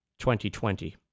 2020